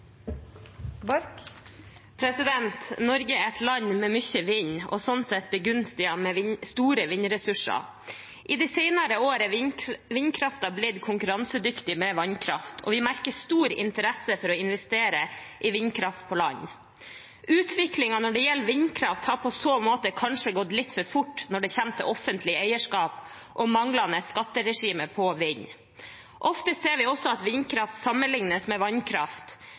et land med mye vind og sånn sett begunstiget med store vindressurser. I de senere årene er vindkraften blitt konkurransedyktig med vannkraft, og vi merker stor interesse for å investere i vindkraft på land. Utviklingen når det gjelder vindkraft, har i så måte kanskje gått litt for fort når det kommer til offentlig eierskap og manglende skatteregime for vind. Ofte ser vi også at vindkraft sammenlignes med vannkraft.